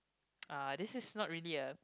ah this is not really a